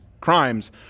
crimes